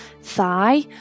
thigh